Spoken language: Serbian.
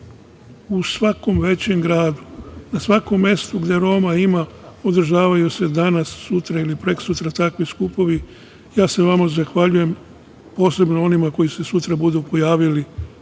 u svakom većem gradu, na svakom mestu gde Roma ima održavaju se danas, sutra ili prekosutra takvi skupovi. Ja se vama zahvaljujem, posebno onima koji se sutra budu pojavili,